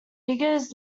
figures